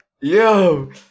Yo